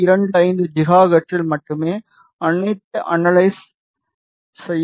25 ஜிகாஹெர்ட்ஸில் மட்டுமே அனலைஸ் செய்யப்படும்